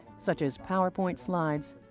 such as powerpoint slides,